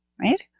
right